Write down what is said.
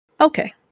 okay